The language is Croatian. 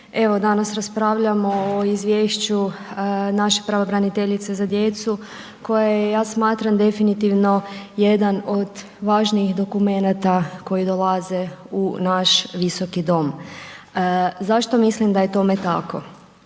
Danas raspravljamo o izvješću naše pravobraniteljice za djecu, koja je ja smatram definitivno jedan od važnijih dokumenata koji dolaze u naš Visoki dom. Zašto mislim da je tome tako?